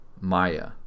Maya